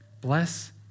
bless